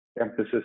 emphasis